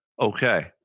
Okay